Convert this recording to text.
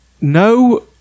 No